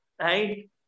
right